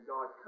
God